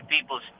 people's